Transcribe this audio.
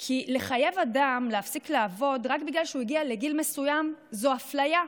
כי לחייב אדם להפסיק לעבוד רק בגלל שהוא הגיע לגיל מסוים זו אפליה,